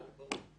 ברור.